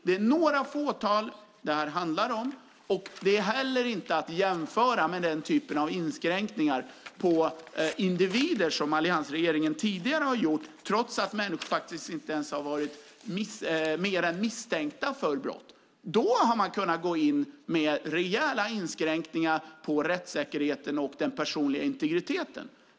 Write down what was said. Det är några fåtal det handlar om, och det är inte heller att jämföra med den typen av inskränkningar på individen som alliansregeringen tidigare har gjort trots att människor inte varit mer än misstänkta för brott. Då har man kunnat gå in med rejäla inskränkningar av rättssäkerheten och den personliga integriteten.